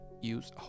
use